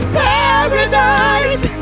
paradise